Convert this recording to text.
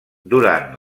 durant